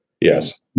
Yes